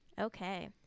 okay